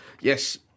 yes